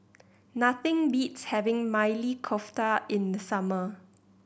nothing beats having Maili Kofta in the summer